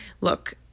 look